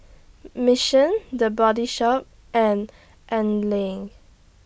Mission The Body Shop and Anlene